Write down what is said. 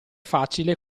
facile